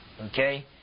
okay